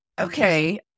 okay